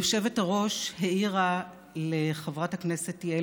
היושבת-ראש העירה לחברת הכנסת יעל